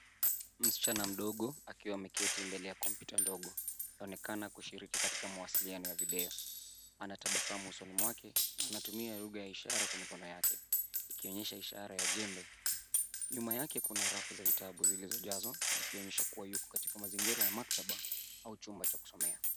Msichana mdogo akiwa ameketi mbele kompyuta ndogo, inaonekana kushiriki katika mawasiliano ya video. Ana tabasamu usoni mwake, anatumia lugha ya ishara kwa mikono yake ikionyesha ishara ya jembe. Nyuma yake kuna rafu za vitabu zilizojazwa zikionyesha kuwa yuko katika mazingira ya maktaba au chumba cha kusomea.